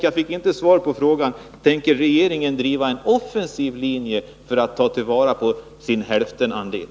Jag fick inte svar på frågan: Tänker regeringen driva en offensiv linje för att ta till vara sin hälftenandel?